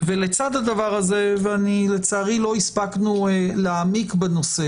לצד הדבר הזה לצערי, לא הספקנו להעמיק בנושא